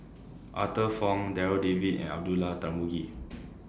Arthur Fong Darryl David and Abdullah Tarmugi